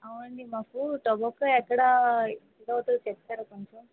అవునండీ మాకు టొబాకో ఎక్కడ ఇదవుతుందో చెప్తారా కొంచెం